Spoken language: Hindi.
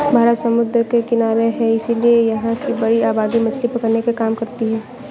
भारत समुद्र के किनारे है इसीलिए यहां की बड़ी आबादी मछली पकड़ने के काम करती है